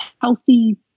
healthy